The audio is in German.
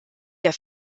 der